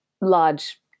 large